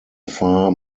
far